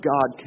God